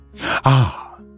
Ah